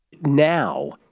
now